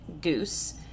Goose